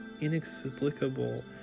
inexplicable